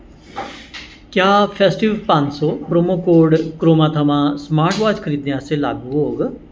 क्या फैस्टिव पंज सौ प्रोमो कोड क्रोमा थमां स्मार्टवाच खरीदने आस्तै लागू होग